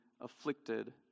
afflicted